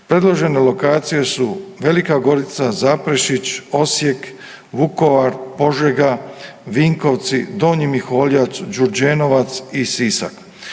Predložene lokacije su Velika Gorica, Zaprešić, Osijek, Vukovar, Požega, Vinkovci, Donji Miholjac, Đurđenovac i Sisak.